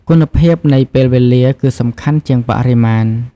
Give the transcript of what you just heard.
គុណភាពនៃពេលវេលាគឺសំខាន់ជាងបរិមាណ។